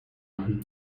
machen